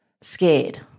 scared